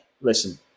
listen